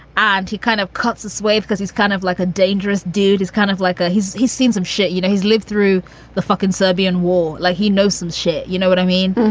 and he kind of cuts a swathe because he's kind of like a dangerous dude is kind of like. ah he's he's seen some shit. you know, he's lived through the fucking serbian war. like, he knows some shit, you know what i mean?